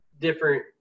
different